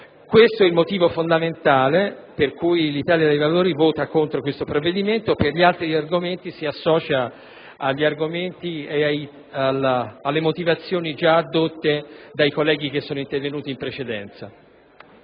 Questo è il motivo fondamentale per cui l'Italia dei Valori voterà contro questo provvedimento. Per gli altri argomenti si associa alle argomentazioni e alle motivazioni già addotte dai colleghi che sono intervenuti in precedenza.